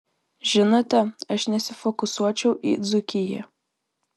žinote aš nesifokusuočiau į dzūkiją